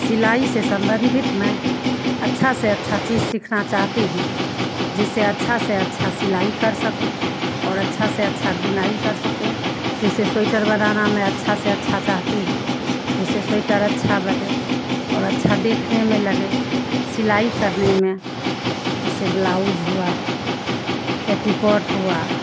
सिलाई से सम्बंधित मैं अच्छा से अच्छा चीज़ सीखना चाहती हूँ जिससे अच्छा से अच्छा सिलाई कर सकूँ और अच्छा से अच्छा बुनाई कर सकूँ जिससे स्वेटर बनाना में अच्छा से अच्छा चाहती हूँ जिससे स्वेटर अच्छा बने और अच्छा देखने में लगे सिलाई करने में जिसे ब्लाउज हुआ पेटीकोट हुआ